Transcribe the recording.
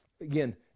again